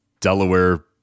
Delaware